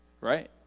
right